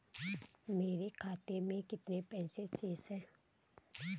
मेरे खाते में कितने पैसे शेष हैं?